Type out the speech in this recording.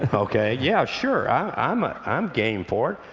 ah okay. yeah, sure, i'm ah i'm game for it.